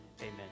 amen